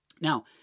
Now